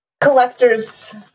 collector's